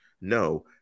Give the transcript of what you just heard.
No